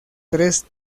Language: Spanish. tres